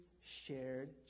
shared